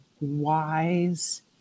wise